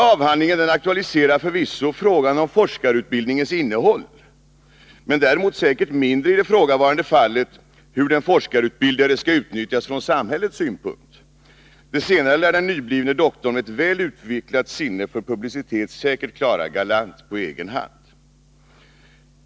Avhandlingen aktualiserar förvisso frågan om forskarutbildningens innehåll, men däremot säkerligen mindre i det ifrågavarande fallet hur den forskarutbildade skall utnyttjas från samhällets synpunkt. Det senare lär den nyblivne doktorn med ett väl utvecklat sinne för publicitet klara galant på egen hand.